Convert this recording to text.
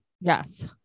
yes